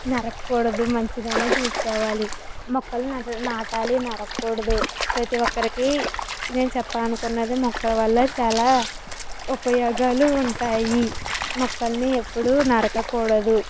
నరక కూడదు మంచిగానే చూసుకోవాలి మొక్కలను నాటాలి నరక కూడదు ప్రతి ఒక్కరికి నేను చెప్పాలనుకుంది మొక్కల వల్ల చాలా ఉపయోగాలు ఉంటాయి మొక్కలని ఎప్పుడు నరకకూడదు